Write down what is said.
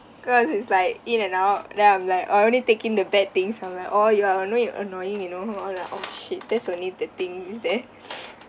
cause it's like in and out then I'm like I only take in the bad things I'm like orh you're annoy~ annoying you know or like oh shit that's only the thing is there